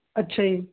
ਅੱਛਾ ਜੀ